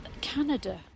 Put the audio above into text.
Canada